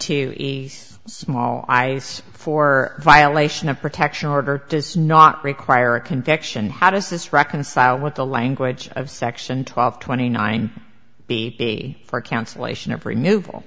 to a small i for violation of protection order does not require a conviction how does this reconcile with the language of section twelve twenty nine b for counsel ation of re